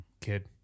kid